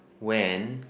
when